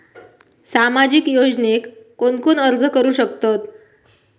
सामाजिक योजनेक कोण कोण अर्ज करू शकतत?